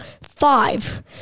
Five